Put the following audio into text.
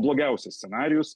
blogiausias scenarijus